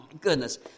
goodness